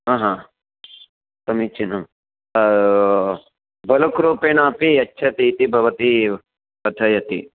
ह हा समीचीनं बलक् रूपेणापि यच्छति इति भवती कथयति